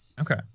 Okay